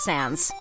Sands